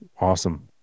Awesome